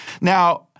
Now